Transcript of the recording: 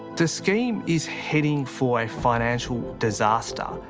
the scheme is heading for a financial disaster,